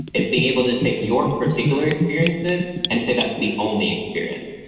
is being able to take your particular experiences and say that's the only experience.